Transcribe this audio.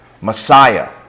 Messiah